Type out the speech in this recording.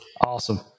Awesome